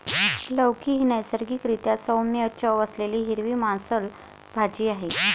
लौकी ही नैसर्गिक रीत्या सौम्य चव असलेली हिरवी मांसल भाजी आहे